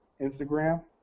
Instagram